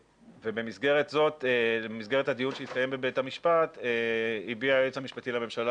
ובמסגרת הדיון שהתקיים בבית המשפט הביע היועץ המשפטי לממשלה